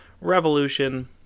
Revolution